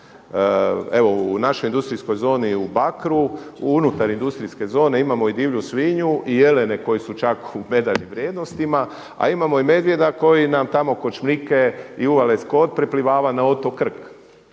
Evo u našoj industrijskoj zoni u Bakru, unutar industrijske zone imamo i divlju svinju i jelene koji su čak u medaljnim vrijednostima, a imamo i medvjeda koji nam tamo kod Šmrike i uvale Skot preplivava na otok Krk.